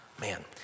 Man